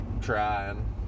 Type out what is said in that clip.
trying